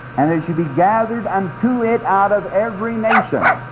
and there shall be gathered unto it out of every nation